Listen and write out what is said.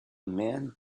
man